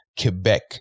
Quebec